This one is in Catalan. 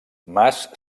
mas